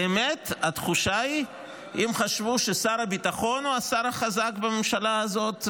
באמת התחושה היא שאם חשבו ששר הביטחון הוא השר החזק בממשלה הזאת,